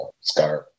Scarf